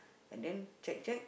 and then check check